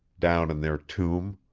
down in their tomb